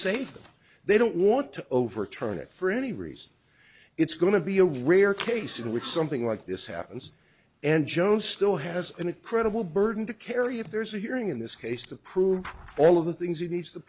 safe they don't want to overturn it for any reason it's going to be a rare case in which something like this happens and joan still has an incredible burden to carry if there's a hearing in this case to prove all of the things he needs to